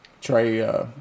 Trey